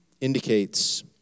indicates